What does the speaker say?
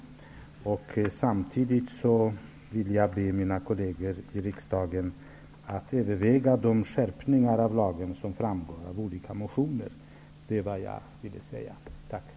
Samtidigt vill jag be mina kolleger i riksdagen att överväga de skärpningar av lagen som framgår av olika motioner. Det var detta jag ville säga. Tack.